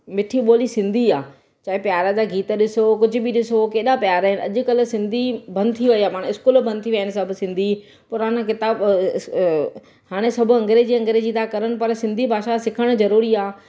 मिठी ॿोली सिंधी आहे चाहे प्यार जा गीत ॾिसो कुझु बि ॾिसो केॾा प्यारा आहिनि अॼुकल्ह सिंधी बंदि थी वई पाण स्कूल बंदि थी विया आहिनि सभु सिंधी पुराणा किताब हाणे सभु अंग्रेज़ी अंग्रेज़ी था कनि पर सिंधी भाषा सिखणु ज़रूरी आहे